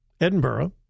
Edinburgh